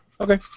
Okay